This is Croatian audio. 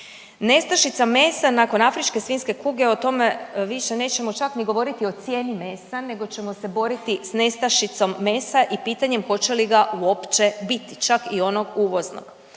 Nestašica mesa nakon afričke svinjske kuge o tome više nećemo čak ni govoriti o cijeni mesa, nego ćemo se boriti sa nestašicom mesa i pitanjem hoće li ga uopće biti, čak i onog uvoznog.